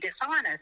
dishonest